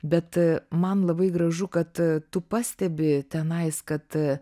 bet man labai gražu kad tu pastebi tenais kad